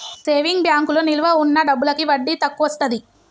saving బ్యాంకులో నిలవ ఉన్న డబ్బులకి వడ్డీ తక్కువొస్తది